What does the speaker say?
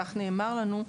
כך נאמר לנו,